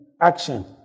action